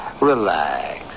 Relax